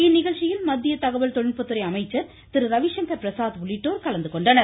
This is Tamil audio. இந்நிகழ்ச்சியில் மத்திய தகவல் தொழில்நுட்பத்துறை அமைச்சர் திருரவிசங்கர் பிரசாத் உள்ளிட்டோர் கலந்துகொண்டனர்